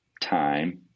time